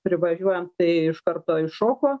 privažiuojam tai iš karto iššoko